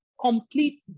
complete